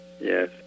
yes